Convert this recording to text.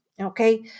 Okay